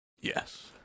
Yes